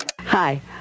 Hi